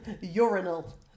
Urinal